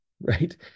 right